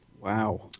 Wow